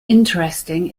interesting